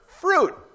fruit